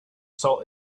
saw